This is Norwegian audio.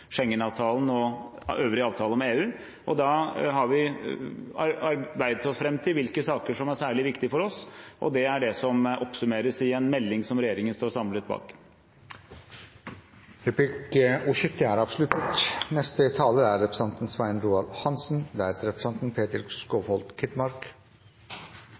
og øvrige avtaler med EU. Da har vi arbeidet oss fram til hvilke saker som er særlig viktige for oss, og det er det som oppsummeres i en melding som regjeringen står samlet bak. Replikkordskiftet er